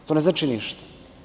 To ne znači ništa.